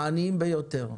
העניים ביותר,